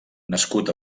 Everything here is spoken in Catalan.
nascut